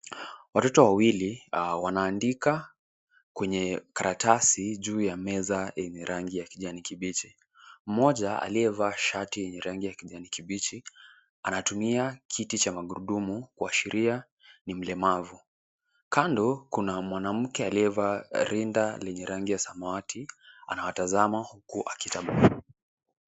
Watoto wawili wanaandika kwenye karatasi juu ya meza enye rangi ya kijani kibichi. Mmoja aliyevaa shati yenye rangi ya kijani kibichi anatumia kiti cha magurudumu kuashiria ni mlemavu. Kando kuna mwanamke aliyevaa rinda lenye rangi ya samawati, anawatazama huku akitabasamu.